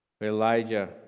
Elijah